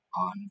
on